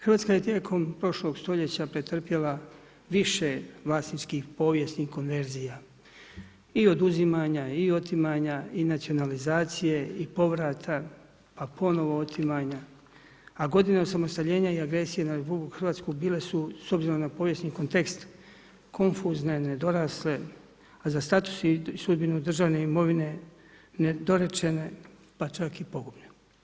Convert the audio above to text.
Hrvatska je tijekom prošlog stoljeća pretrpjela, više vlasničkih povijesnih konverzija i oduzimanja i otimanja i nacionalizacije i povrata, pa ponovno otimanja, a godina osamostaljenja i agresija nad RH bile su s obzirom na povijesni kontekst, konfuzne, nedorasle, a za status i sudbinu državne imovine, nedorečene pa čak i pogubljene.